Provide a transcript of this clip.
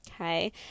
okay